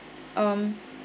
um